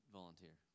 volunteer